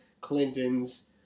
Clinton's